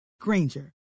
Granger